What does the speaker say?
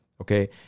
okay